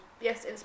Yes